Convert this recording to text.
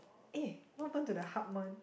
eh what happened to the harp one